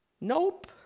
Nope